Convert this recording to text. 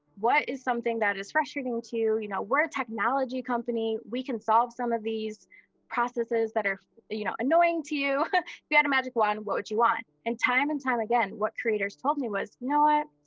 what is something that is frustrating to you? know we're a technology company, we can solve some of these processes that are you know annoying to you. if ah you had a magic one, what would you want? and time and time again, what creators told me was, you know what?